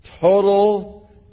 total